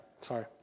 sorry